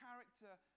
character